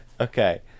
Okay